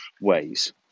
ways